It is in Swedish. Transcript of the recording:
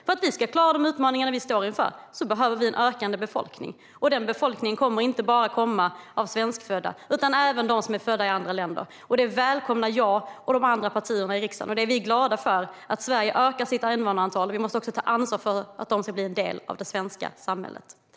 För att klara de utmaningar vi står inför behöver vi en ökande befolkning, och den ökningen kommer inte bara att komma av svenskfödda utan även av dem som är födda i andra länder. Det välkomnar Miljöpartiet och de andra partierna i riksdagen, och vi är glada för att Sverige ökar sitt invånarantal. Vi måste också ta ansvar för att de ska bli en del av det svenska samhället.